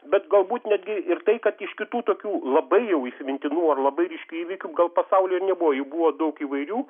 bet galbūt netgi ir tai kad iš kitų tokių labai jau įsimintinų ar labai ryškių įvykių gal pasauly ir nebuvo jų buvo daug įvairių